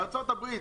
ארצות-הברית